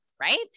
right